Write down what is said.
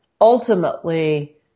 ultimately